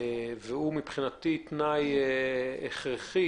לגבי דיון החלופה.